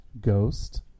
Ghost